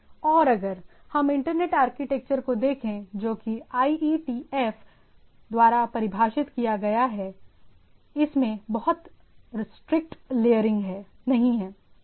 और अगर हम इंटरनेट आर्किटेक्चर को देखें जो कि आईईटीएफ द्वारा परिभाषित किया गया है इसमें बहुत स्ट्रिक्ट लेयरिंग नहीं है राइट